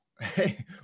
hey